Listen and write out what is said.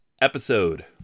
episode